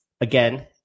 again